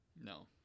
No